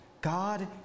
God